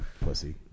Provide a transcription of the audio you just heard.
pussy